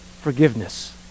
forgiveness